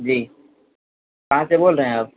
जी कहाँ से बोल रहें आप